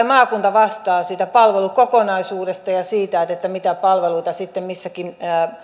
maakunta vastaa palvelukokonaisuudesta ja siitä mitä palveluita sitten missäkin